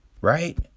Right